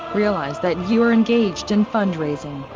realize that you are engaged in fundraising,